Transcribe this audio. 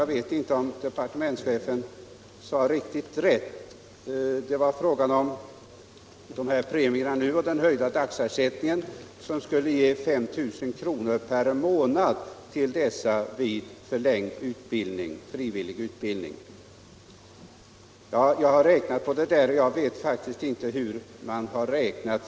Jag ifrågasätter om departementschefen sade rätt när han talade om att premierna och den höjda dagersättningen skulle ge 5 000 kr. skattefritt per månad vid förlängd frivillig utbildning. Jag vet inte hur man då räknar.